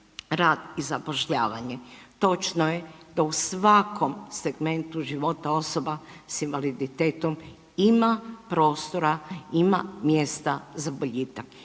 i zapošljavanje. Točno je da u svakom segmentu života osoba s invaliditetom ima prostora, ima mjesta za boljitak